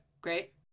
great